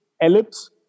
ellipse